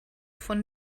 von